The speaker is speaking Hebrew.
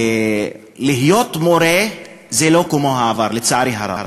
להיות מורה זה לא כמו בעבר, לצערי הרב.